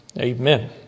Amen